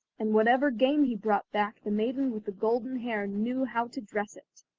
and whatever game he brought back the maiden with the golden hair knew how to dress it.